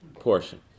portion